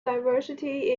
diversity